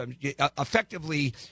effectively